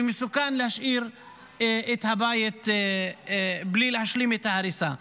ומסוכן להשאיר את הבית בלי להשלים את ההריסה.